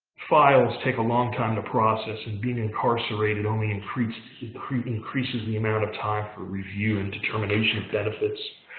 files take a long time to process. and being incarcerated, only increases increases the amount of time for review and determination of benefits.